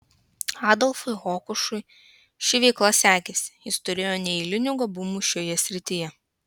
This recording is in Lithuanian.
adolfui hokušui ši veikla sekėsi jis turėjo neeilinių gabumų šioje srityje